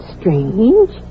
strange